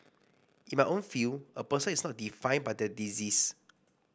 in my own field a person is not defined by their disease